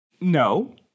no